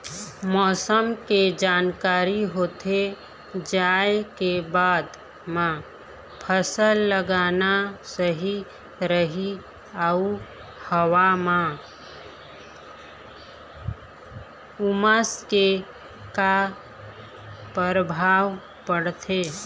मौसम के जानकारी होथे जाए के बाद मा फसल लगाना सही रही अऊ हवा मा उमस के का परभाव पड़थे?